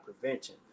prevention